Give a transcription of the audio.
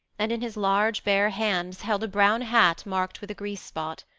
and in his large bare hands held a brown hat marked with a grease spot.